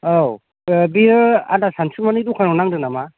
औ बेयो आदा सानसुमानि दखानाव नांदों नामा